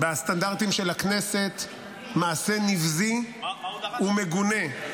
בסטנדרטים של הכנסת, מעשה נבזי ומגונה.